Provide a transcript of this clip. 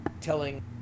telling